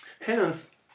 Hence